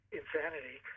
insanity